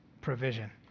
provision